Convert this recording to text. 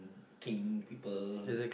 king people